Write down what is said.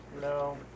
No